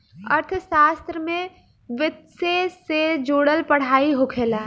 अर्थशास्त्र में वित्तसे से जुड़ल पढ़ाई होखेला